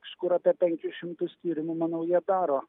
kažkur apie penkis šimtus tyrimų manau jie daro